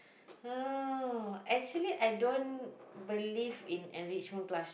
oh actually I don't believe in enrichment class